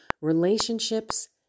relationships